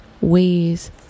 ways